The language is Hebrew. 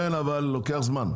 כן, אבל לוקח זמן.